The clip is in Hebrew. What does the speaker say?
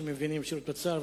שמבינים את שירות בתי-הסוהר,